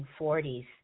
1940s